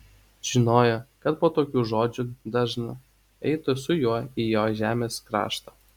žinojo kad po tokių žodžių dažna eitų su juo į jo žemės kraštą